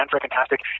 fantastic